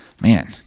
Man